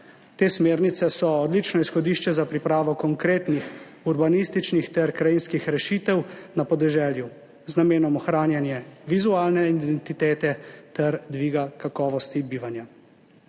Te smernice so odlično izhodišče za pripravo konkretnih urbanističnih ter krajinskih rešitev na podeželju z namenom ohranjanja vizualne identitete ter dviga kakovosti bivanja.